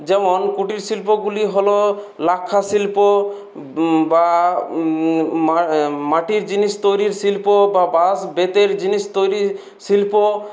যেমন কুটির শিল্পগুলি হল লাক্ষা শিল্প বা মা মাটির জিনিস তৈরির শিল্প বা বাঁশ বেতের জিনিস তৈরির শিল্প